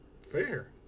Fair